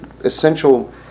essential